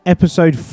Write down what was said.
Episode